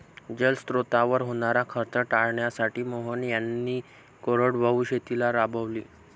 जलस्रोतांवर होणारा खर्च टाळण्यासाठी मोहन यांनी कोरडवाहू शेती राबवली